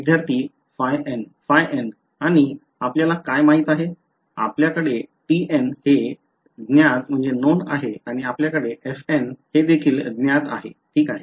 विद्यार्थी ϕn ϕn आणि आपल्याला काय माहित आहे आपल्याकडे tn हे ज्ञात आहे आणि आपल्याकडे fn हे देखील ज्ञात आहे ठीक आहे